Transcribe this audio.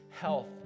health